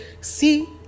see